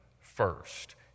first